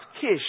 Kish